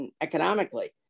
economically